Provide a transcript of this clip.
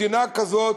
מדינה כזאת,